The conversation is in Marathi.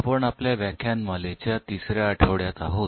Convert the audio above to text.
आपण आपल्या व्याख्यानमालेच्या तिसऱ्या आठवड्यात आहोत